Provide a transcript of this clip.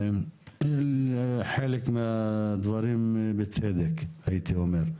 חלק מהדברים בצדק, הייתי אומר.